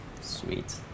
Sweet